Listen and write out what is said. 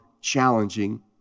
challenging